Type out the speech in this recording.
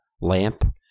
lamp